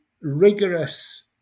rigorous